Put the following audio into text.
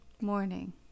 morning